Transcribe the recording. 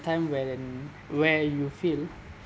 time when then where you feel